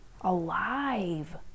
alive